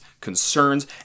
concerns